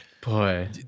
Boy